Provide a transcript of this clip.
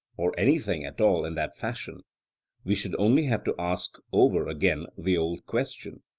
or anything at all in that fashion we should only have to ask over again the old question,